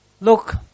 Look